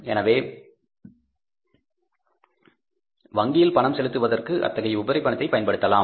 எனவே வங்கியில் பணம் செலுத்துவதற்கு அத்தகைய உபரி பணத்தை பயன்படுத்துவோம்